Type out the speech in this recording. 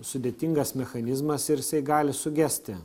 sudėtingas mechanizmas ir jisai gali sugesti